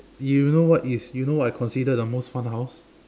you know what is you know what I consider the most fun house